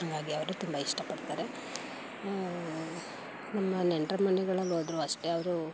ಹಂಗಾಗಿ ಅವರು ತುಂಬ ಇಷ್ಟಪಡ್ತಾರೆ ನಮ್ಮ ನೆಂಟರು ಮನೆಗಳಲ್ಲೋದ್ರೂ ಅಷ್ಟೇ ಅವರು